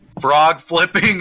frog-flipping